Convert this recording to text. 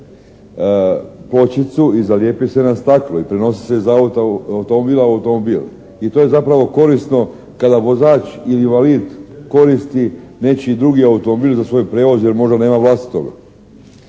pločicu i zalijepi se na staklo i prenosi se iz automobila u automobil i to je zapravo korisno kada vozač ili invalid koristi nečiji drugi automobil za svoj prijevoz jer možda nema vlastitoga,